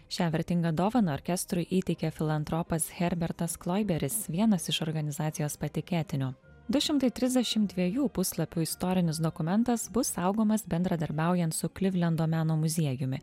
šią vertingą dovaną orkestrui įteikė filantropas herbertas kloiberis vienas iš organizacijos patikėtinių du šimtai trisdešimt dviejų puslapių istorinis dokumentas bus saugomas bendradarbiaujant su klivlendo meno muziejumi